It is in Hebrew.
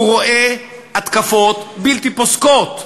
הוא רואה התקפות בלתי פוסקות,